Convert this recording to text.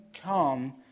come